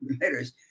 letters